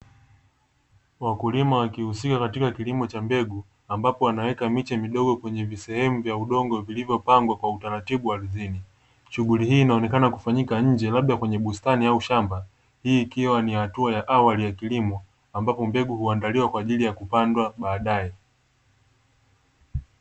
Wakulima wakihusika katika mbegu ambapo wanaweka miche midogo kwenye sehemu ya udongo kwa utaratibu ardhini, shughuli hii inaonekana kufanyika nje labda kwenye bustani au shamba, hii ikiwa ni hatua ya awali au kilimo ambapo mbegu huandaliwa kwa ajili ya kupandwa baadaye.